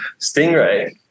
Stingray